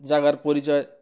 জায়গার পরিচয়